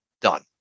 done